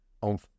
On